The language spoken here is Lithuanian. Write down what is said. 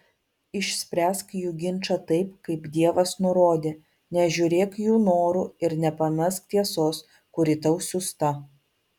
išspręsk jų ginčą taip kaip dievas nurodė nežiūrėk jų norų ir nepamesk tiesos kuri tau siųsta